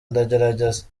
ndagerageza